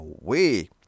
away